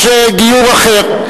יש גיור אחר.